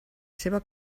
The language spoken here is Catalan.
seva